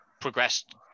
progressed